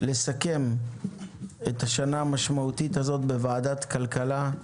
לסכם את השנה המשמעותית הזו בוועדת כלכלה.